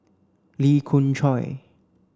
Lee Khoon Choy